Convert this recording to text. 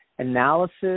analysis